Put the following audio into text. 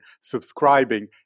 subscribing